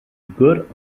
good